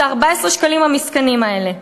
את 14 השקלים המסכנים האלה.